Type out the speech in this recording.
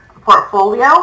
portfolio